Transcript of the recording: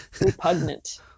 Repugnant